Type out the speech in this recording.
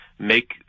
Make